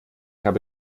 habe